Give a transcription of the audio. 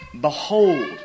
Behold